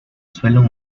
suelen